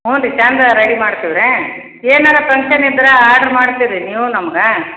ಹ್ಞೂ ರೀ ಚೆಂದ ರೆಡಿ ಮಾಡ್ತಿವ್ರಿ ಏನಾರು ಫಂಕ್ಷನ್ ಇದ್ರೆ ಆರ್ಡರ್ ಮಾಡ್ತಿರಿ ನೀವು ನಮ್ಗೆ